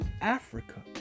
Africa